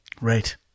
Right